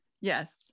Yes